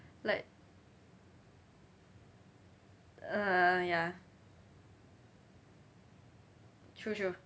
like uh ya true true